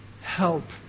help